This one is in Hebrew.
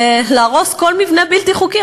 להרוס כל מבנה בלתי חוקי,